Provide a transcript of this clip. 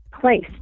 place